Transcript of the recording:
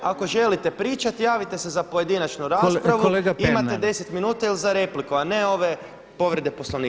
Ako želite pričati javite se za pojedinačnu raspravu, imate 10 minuta ili za repliku, a ne ove povrede Poslovnika.